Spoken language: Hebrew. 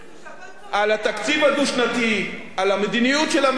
על התקציב הדו-שנתי, על המדיניות של הממשלה,